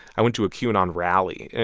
i went to a qanon rally.